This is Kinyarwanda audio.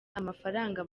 amafaranga